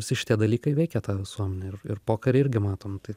visi šitie dalykai veikia tą visuomenę ir ir pokary irgi matom tai